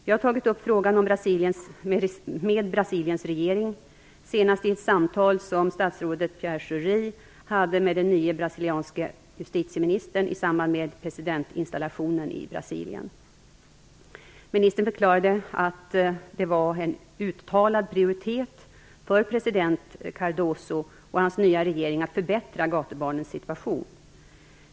Vi har tagit upp frågan med Brasiliens regering, senast i ett samtal som statsrådet Pierre Schori hade med den nye brasilianske justitieministern i samband med presidentinstallationen i Brasilien. Ministern förklarade att det var en uttalad prioritet för president Cardoso och hans nya regering att förbättra gatubarnens situation.